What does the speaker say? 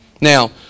Now